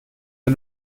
der